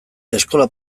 eskola